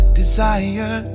desire